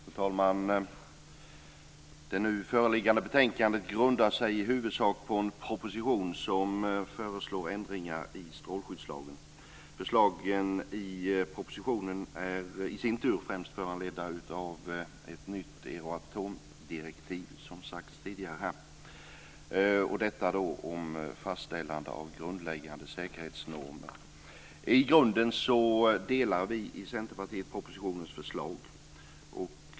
Fru talman! Det nu föreliggande betänkandet grundar sig i huvudsak på en proposition som föreslår ändringar i strålskyddslagen. Förslagen i propositionen är i sin tur främst föranledda av ett nytt euratomdirektiv, som sagts tidigare här, om fastställande av grundläggande säkerhetsnormer. I grunden delar vi i Centerpartiet propositionens förslag.